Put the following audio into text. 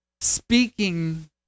speaking